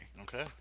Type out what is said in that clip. Okay